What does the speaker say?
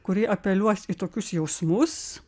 kurie apeliuos į tokius jausmus